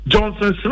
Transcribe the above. Johnson